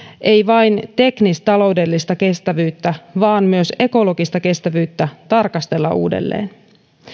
ei vain teknistaloudellista kestävyyttä vaan myös ekologista kestävyyttä tarkastella uudelleen